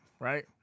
right